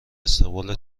استقبال